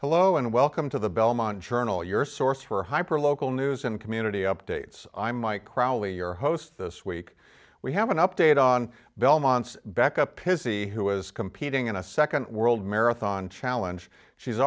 hello and welcome to the belmont journal your source for hyper local news and community updates i'm mike crowley your host this week we have an update on belmont's back up to see who was competing in a second world marathon challenge she's